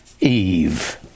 eve